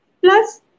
Plus